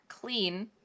Clean